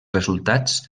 resultats